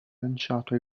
lanciato